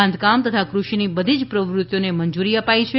બાંધકામ તથા કૃષિની બધી જ પ્રવૃત્તિઓને મંજુરી અપાઈ છે